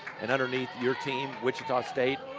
and underneath your team, wichita state,